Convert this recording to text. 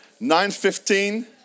9-15